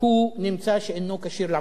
נמצא שהוא אינו כשיר לעמוד לדין.